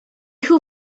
who